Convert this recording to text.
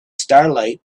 starlight